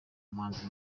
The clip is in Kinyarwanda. umuhanzi